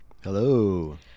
Hello